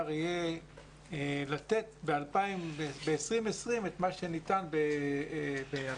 יהיה לתת ב-2020 את מה שניתן ב-2019,